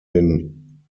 den